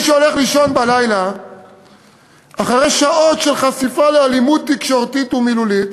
מי שהולך לישון בלילה אחרי שעות של חשיפה לאלימות תקשורתית ומילולית,